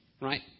right